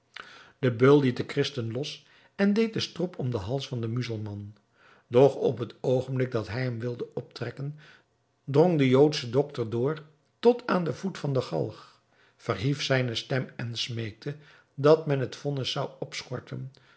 de beul liet den christen los en deed den strop om den hals van den muzelman doch op het oogenblik dat hij hem wilde optrekken drong de joodsche doctor door tot aan den voet van de galg verhief zijne stem en smeekte dat men het vonnis zou